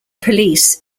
police